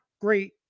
great